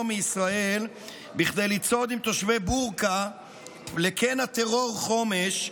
מישראל כדי לצעוד עם תושבי בורקה לקן הטרור חומש,